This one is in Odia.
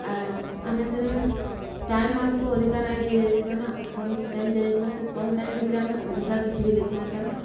ଆର ଆମେ ସେନେ ଟାଇମ୍ ଆମକୁ ଅଧିକା ନାଇଁ ଦିଆଯାଇଥିବା ନା କମ୍ ଟାଇମ୍ ଦିଆଯାଇଥିବା ସେ କମ୍ ଟାଇମ୍ ଭିତରେ ଆମେ ଅଧିକା କିଛି ବି ଲେଖି ନାଇଁପାରୁ